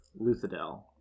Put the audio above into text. Luthadel